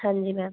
ਹਾਂਜੀ ਮੈਮ